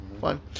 Fine